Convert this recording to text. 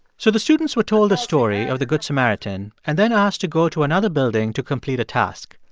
so the students were told the story of the good samaritan and then asked to go to another building to complete a task.